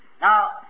Now